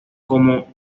como